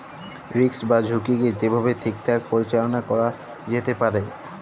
risk বা ঝুঁকিকে যে ভাবে ঠিকঠাক পরিচাললা ক্যরা যেতে পারে